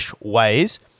ways